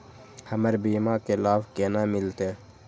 हमर बीमा के लाभ केना मिलते?